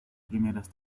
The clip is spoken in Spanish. primeras